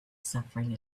suffering